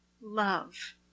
love